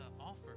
offer